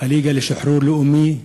הליגה לשחרור לאומי,